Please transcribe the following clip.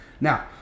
Now